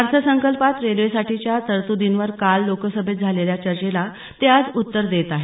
अर्थसंकल्पात रेल्वेसाठीच्या तरतुदींवर काल लोकसभेत झालेल्या चर्चेला ते आज उत्तर देत आहेत